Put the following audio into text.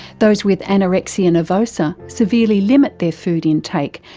those with anorexia nervosa severely limit their food intake,